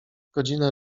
godzina